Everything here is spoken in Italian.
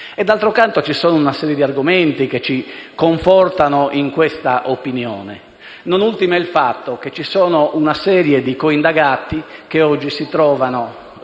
e, d'altro canto, ci sono una serie di argomenti che ci confortano in questa opinione, non ultimo il fatto che ci sono una serie di coindagati che oggi si trovano